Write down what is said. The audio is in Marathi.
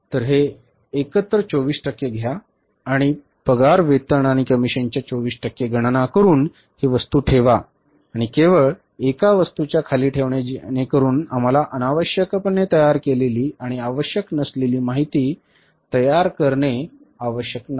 तर हे एकत्र 24 टक्के घ्या आणि पगार वेतन आणि कमिशनच्या 24 टक्के गणना करुन ही वस्तू ठेवा आणि केवळ एका वस्तूच्या खाली ठेवले जेणेकरुन आम्हाला अनावश्यकपणे तयार केलेली आणि आवश्यक नसलेली माहिती तयार करणे आवश्यक नाही